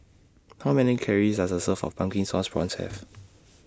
How Many Calories Does A Serving of Pumpkin Sauce Prawns Have